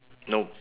no